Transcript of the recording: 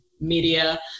media